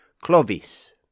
Clovis